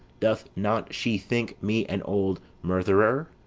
doth not she think me an old murtherer,